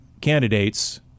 candidates